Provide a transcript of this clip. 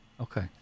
Okay